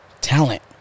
talent